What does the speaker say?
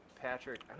Patrick